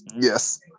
Yes